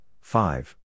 Five